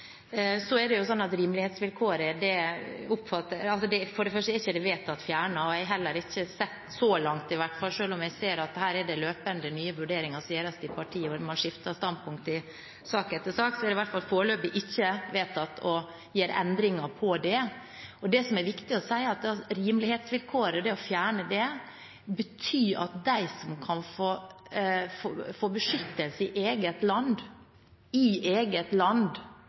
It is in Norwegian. Rimelighetsvilkåret er for det første ikke vedtatt fjernet, og jeg har heller ikke sett det – så langt i hvert fall. Selv om jeg ser at det her er løpende nye vurderinger som gjøres i partiene, og man skifter standpunkt i sak etter sak, er det i hvert fall foreløpig ikke vedtatt å gjøre endringer på det. Det som er viktig å si, er at å fjerne rimelighetsvilkåret betyr at de som kan få beskyttelse i eget land – i eget land